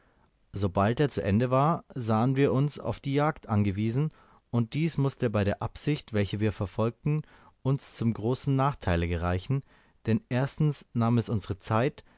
sobald er zu ende war sahen wir uns auf die jagd angewiesen und dies mußte bei der absicht welche wir verfolgten uns zum großen nachteile gereichen denn erstens nahm es unsere zeit